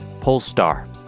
Polestar